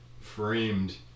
framed